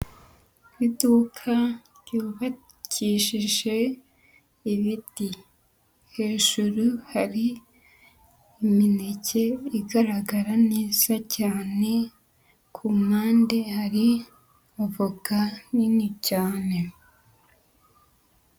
Iduka ryubakishije ibiti, hejuru hari imineke igaragara neza cyane, ku mpande hari avoka nini cyane.